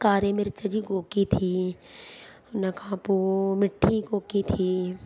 कारे मिर्च जी कोकी थी उन खां पोइ मिठी कोकी थी